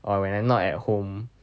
or when I'm not at home